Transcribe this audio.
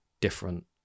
different